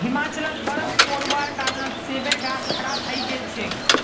हिमाचलत बर्फ़ पोरवार कारणत सेबेर गाछ खराब हई गेल छेक